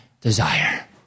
desire